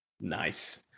nice